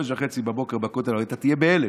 05:30 בכותל המערבי, אתה תהיה בהלם.